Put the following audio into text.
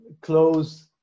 close